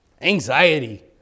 Anxiety